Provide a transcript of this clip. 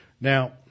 Now